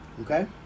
okay